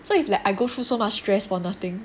so if like I go through so much stress for nothing